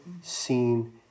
seen